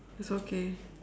it's okay